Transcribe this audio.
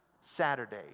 Saturday